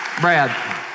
Brad